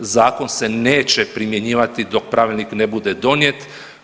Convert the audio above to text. Zakon se neće primjenjivati dok pravilnik ne bude donijet.